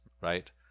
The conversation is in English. right